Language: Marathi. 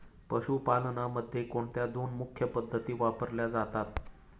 पशुपालनामध्ये कोणत्या दोन मुख्य पद्धती वापरल्या जातात?